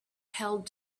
held